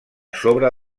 sobre